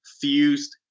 fused